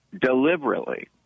deliberately